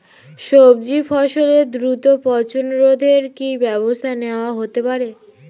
সবজি ফসলের দ্রুত পচন রোধে কি ব্যবস্থা নেয়া হতে পারে?